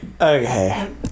okay